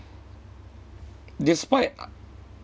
despite